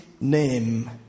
name